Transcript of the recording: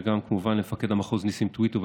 וגם כמובן למפקד המחוז ניסים טויטו,